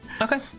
Okay